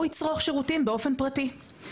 הוא יצרוך שירותים באופן פרטי,